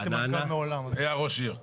העיר רעננה.